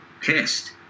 pissed